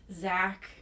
Zach